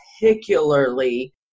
particularly